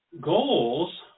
goals